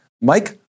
Mike